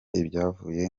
ibyavuye